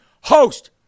host